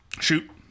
Shoot